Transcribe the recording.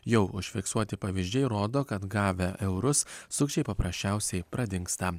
jau užfiksuoti pavyzdžiai rodo kad gavę eurus sukčiai paprasčiausiai pradingsta